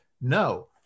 no